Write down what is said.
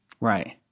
Right